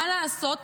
מה לעשות?